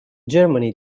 germany